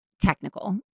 technical